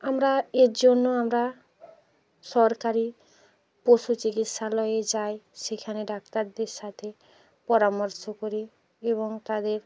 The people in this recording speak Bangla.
আমরা এর জন্য আমরা সরকারি পশু চিকিৎসালয়ে যাই সেখানে ডাক্তারদের সাথে পরামর্শ করি এবং তাদের